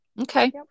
okay